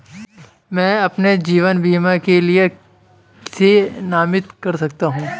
मैं अपने जीवन बीमा के लिए किसे नामित कर सकता हूं?